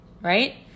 Right